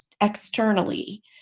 externally